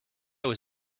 was